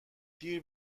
دیر